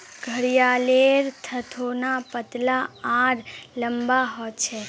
घड़ियालेर थथोना पतला आर लंबा ह छे